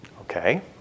Okay